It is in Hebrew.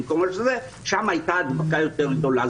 שם הייתה הדבקה יותר גדולה.